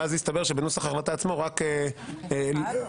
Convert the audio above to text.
ואז הסתבר שבנוסח ההחלטה עצמו רק --- אחד או